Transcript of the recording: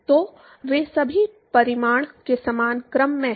तो वे सभी परिमाण के समान क्रम के हैं